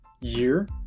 year